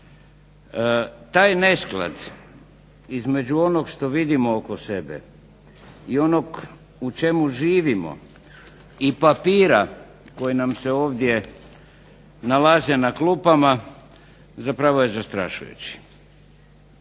Taj nesklad između onog što vidimo oko sebe i onog u čemu živimo i papira koji nam se ovdje nalaze na klupama zapravo je zastrašujući.